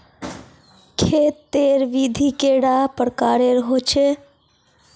खेत तेर विधि कैडा प्रकारेर होचे?